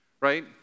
right